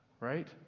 right